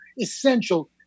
essential